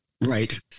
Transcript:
Right